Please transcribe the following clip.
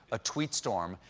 a tweet-storm,